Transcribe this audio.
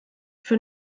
für